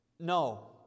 No